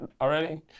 already